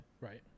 Right